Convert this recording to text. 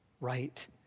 right